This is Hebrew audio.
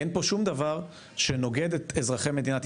כי אין פה שום דבר שנוגד את אזרחי מדינת ישראל.